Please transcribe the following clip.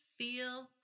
Feel